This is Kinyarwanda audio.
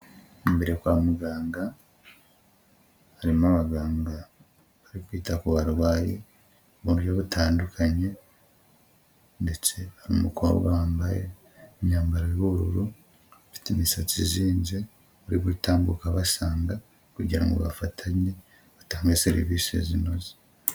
Imbere kwa muganga, harimo abaganga bari kwita ku barwayi mu buryo butandukanye ndetse hari umukobwa wambaye imyambaro y'ubururu, ufite imisatsi izinze uri gutambuka abasanga kugira ngo bafatanye batange serivisi inoze.